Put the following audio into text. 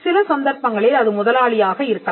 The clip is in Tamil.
சில சந்தர்ப்பங்களில் அது முதலாளியாக இருக்கலாம்